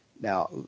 Now